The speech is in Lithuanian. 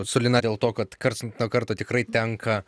su lina dėl to kad karts nuo karto tikrai tenka